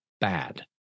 bad